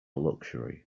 luxury